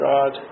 God